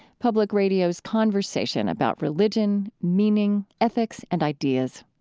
public radio's conversation about religion, meaning, ethics, and ideas.